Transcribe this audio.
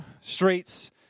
streets